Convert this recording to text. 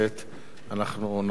נעבור לנושא הבא: